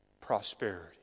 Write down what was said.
prosperity